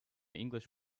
english